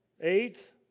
Eighth